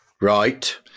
Right